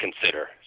consider